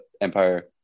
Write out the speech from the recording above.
Empire